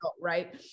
Right